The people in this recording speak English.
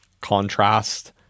contrast